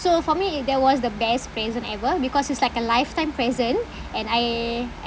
so for me that was the best present ever because it's like a lifetime present and I